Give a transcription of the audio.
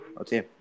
Okay